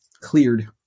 cleared